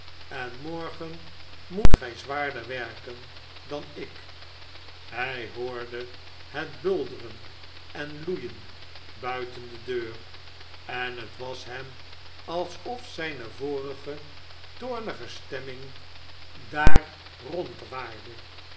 en morgen moet gij zwaarder werken dan ik hij hoorde het bulderen en loeien buiten de deur en het was hem alsof zijne vorige toornige stemming daar rondwaarde